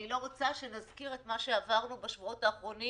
אני לא רוצה שנזכיר את מה שעברנו בשבועות האחרונים